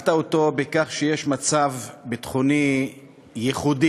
נימקת אותו בכך שיש מצב ביטחוני ייחודי,